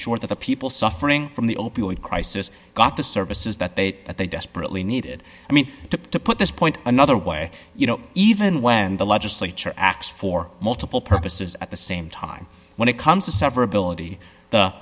sure that the people suffering from the opioid crisis got the services that they that they desperately needed i mean to put this point another way you know even when the legislature acts for multiple purposes at the same time when it comes to severability